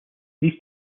these